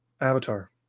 avatar